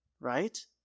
Right